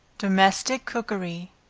domestic cookery,